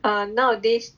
err nowadays